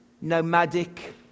nomadic